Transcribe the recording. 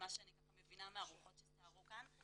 ממה שאני מבינה מהרוחות שסערו כאן.